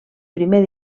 primer